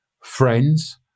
friends